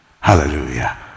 Hallelujah